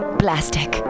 plastic